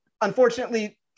Unfortunately